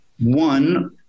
one